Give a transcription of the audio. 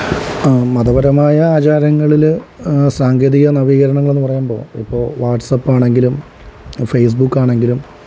മതപരമായ ആചാരങ്ങളില് സാങ്കേതിക നവീകരണങ്ങളെന്ന് പറയുമ്പോൾ ഇപ്പോൾ വാട്ട്സപ്പാണെങ്കിലും ഫേസ്ബുക്കാണെങ്കിലും